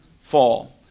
fall